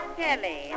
Kelly